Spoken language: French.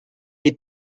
est